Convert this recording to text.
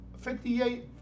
58